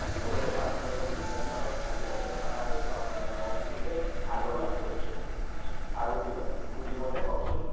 লগতে ভাৰতবৰ্ষৰ বিভিন্ন স্থানত আজি অসমীয়া ভাষাটোৱে বা অসমীয়া সংস্কৃতিটোৱে আদৰ লাভ কৰিছে আৰু কিবা সুধিবনে কওকচোন